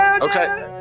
Okay